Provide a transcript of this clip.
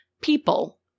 people